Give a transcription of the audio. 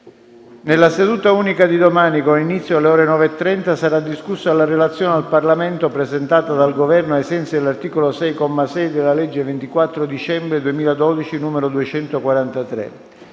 Nella seduta unica di domani, con inizio alle ore 9,30, sarà discussa la relazione al Parlamento, presentata dal Governo ai sensi dell'articolo 6, comma 6, della legge 24 dicembre 2012, n. 243.